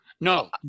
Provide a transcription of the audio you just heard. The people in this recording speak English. no